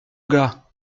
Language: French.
gars